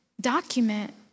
document